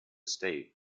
state